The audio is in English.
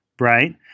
right